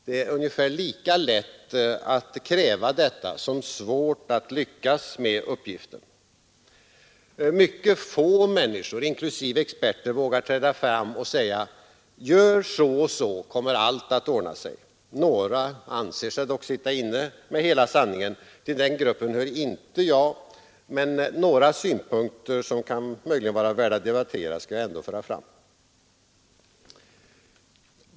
Det är ungefär lika lätt att kräva detta som svårt att lyckas med uppgiften. Mycket få människor, inklusive experter, vågar träda fram och säga: ”Gör så och så, då kommer allt att ordna sig.” Några anser sig dock sitta inne med hela sanningen. Till den gruppen hör inte jag, men några synpunkter som möjligen kan vara värda att debattera skall jag ändå föra fram.